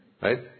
Right